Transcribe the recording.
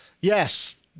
Yes